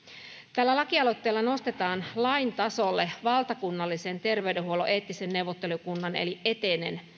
tällä lakialoitteella nostetaan lain tasolle valtakunnallisen terveydenhuollon eettisen neuvottelukunnan eli etenen